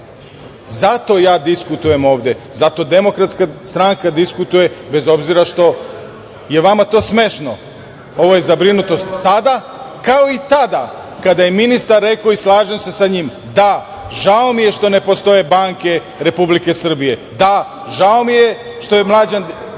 Zato ja diskutujem ovde. Zato DS diskutuje, bez obzira što je to vama smešno. Ovo je zabrinutost sada, kao i tada kada je ministar rekao i slažem se sa njim – žao mi je što ne postoje banke Republike Srbije, da, žao mi je što je Mlađan